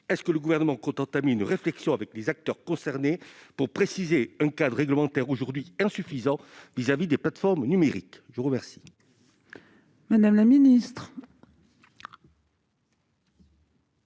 le Gouvernement compte-t-il entamer une réflexion avec les acteurs concernés pour préciser un cadre réglementaire aujourd'hui insuffisant vis-à-vis des plateformes numériques ? La parole est à Mme la secrétaire